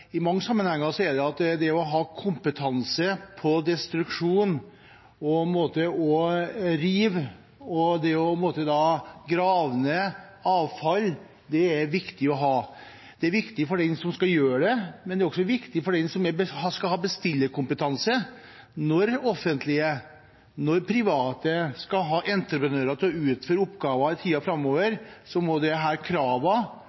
i mange sammenhenger er det å ha kompetanse på destruksjon, det å rive og det å grave ned avfall viktig å ha. Det er viktig for den som skal gjøre det, men det er også viktig for den som skal ha bestillerkompetanse. Når det offentlige og private skal ha entreprenører til å utføre oppgaver i tiden framover,